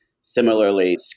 Similarly